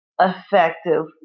effective